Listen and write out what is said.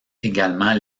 également